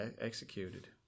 executed